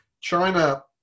China